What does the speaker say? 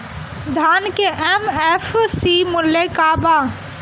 धान के एम.एफ.सी मूल्य का बा?